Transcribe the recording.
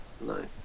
No